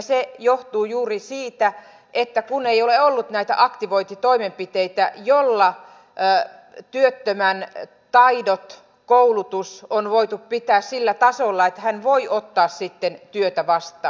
se johtuu juuri siitä että ei ole ollut näitä aktivointitoimenpiteitä joilla työttömän taidot ja koulutus on voitu pitää sillä tasolla että hän voi ottaa sitten työtä vastaan